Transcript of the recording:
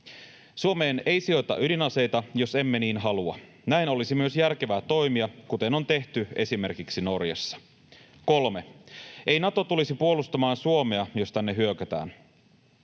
Suomeen ei sijoiteta ydinaseita, jos emme niin halua. Näin olisi myös järkevää toimia, kuten on tehty esimerkiksi Norjassa. 3) Ei Nato tulisi puolustamaan Suomea, jos tänne hyökätään.